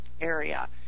area